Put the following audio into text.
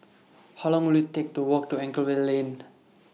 How Long Will IT Take to Walk to Anchorvale LINK